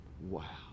Wow